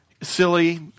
silly